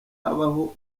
habaho